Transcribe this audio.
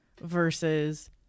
versus